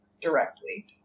directly